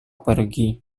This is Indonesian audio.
pergi